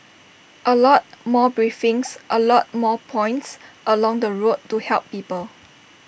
A lot more briefings A lot more points along the route to help people